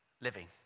living